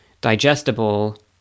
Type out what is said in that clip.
digestible